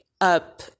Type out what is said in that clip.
up